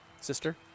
sister